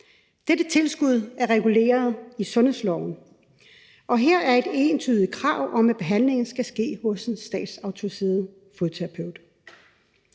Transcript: Dette tilskud er reguleret i sundhedsloven, og her er der et entydigt krav om, at behandlingen skal ske hos en statsautoriseret fodterapeut.